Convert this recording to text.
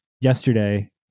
yesterday